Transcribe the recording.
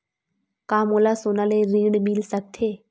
का मोला सोना ले ऋण मिल सकथे?